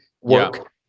work